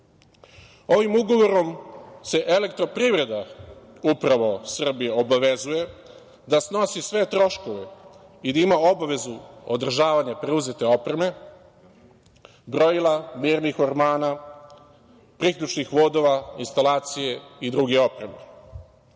Ovim ugovorom se Elektroprivreda Srbije obavezuje da snosi sve troškove i da ima obavezu održavanja preuzete opreme, brojila, mernih ormana, priključnih vodova, instalacije i druge opreme. Ovde